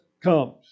comes